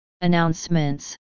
announcements